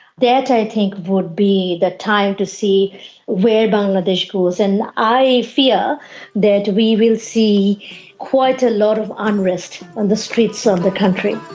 that i think would be the time to see where bangladesh goes. and i fear that we will see quite a lot of unrest on the streets of the country.